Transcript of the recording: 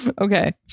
Okay